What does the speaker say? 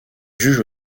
juge